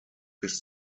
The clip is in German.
bis